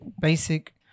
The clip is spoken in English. basic